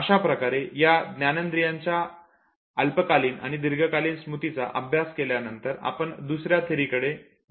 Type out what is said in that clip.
अशाप्रकारे या ज्ञानेन्द्रियांच्या अल्पकालीन आणि दीर्घकालीन स्मृतीचा अभ्यास केल्यानंतर आपण दुसऱ्या थिअरी कडे जाऊ